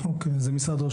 אוקיי, אז זה משרד ראש